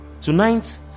tonight